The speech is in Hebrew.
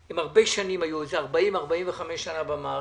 הם היו הרבה שנים, 45-40 שנה במערכת.